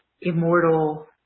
immortal